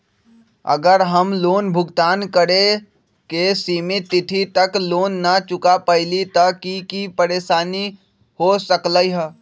अगर हम लोन भुगतान करे के सिमित तिथि तक लोन न चुका पईली त की की परेशानी हो सकलई ह?